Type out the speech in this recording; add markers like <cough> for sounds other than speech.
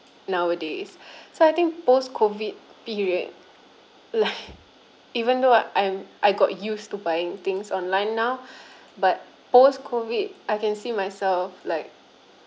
nowadays <breath> so I think post COVID period <laughs> like even though I'm I got used to buying things online now <breath> but post COVID I can see myself like